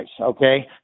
Okay